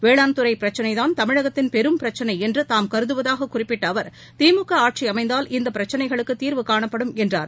வேளாண்துறை பிரச்னைதான் தமிழகத்தின் பெரும் பிரச்னை என்று தாம் கருதுவதாகக் குறிப்பிட்ட அவர் திமுக ஆட்சி அமைந்தால் இந்த பிரச்னைகளுக்குத் தீர்வு காணப்படும் என்றார்